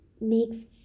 makes